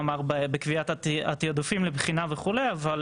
בקביעת התיעדופים לבחינה, וכו', אבל